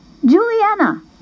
Juliana